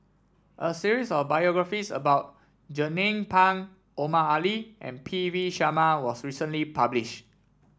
a series of biographies about Jernnine Pang Omar Ali and P V Sharma was recently published